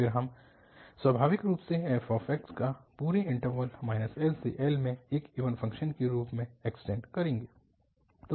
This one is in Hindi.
फिर हम स्वाभाविक रूप से f का पूरे इन्टरवल LL में एक इवन फ़ंक्शन के रूप में एक्सटेन्ड करेंगे